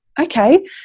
okay